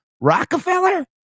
Rockefeller